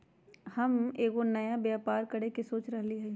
हम एगो नया व्यापर करके सोच रहलि ह